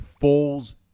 Foles